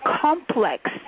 complex